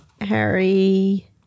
harry